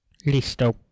Listo